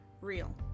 real